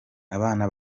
abana